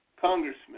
congressman